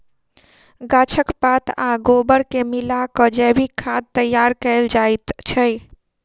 गाछक पात आ गोबर के मिला क जैविक खाद तैयार कयल जाइत छै